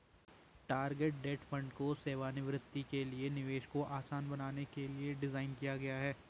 target date fund को सेवानिवृत्ति के लिए निवेश को आसान बनाने के लिए डिज़ाइन किया गया है